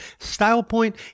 StylePoint